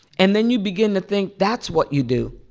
and then you begin to think that's what you do.